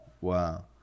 Wow